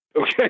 Okay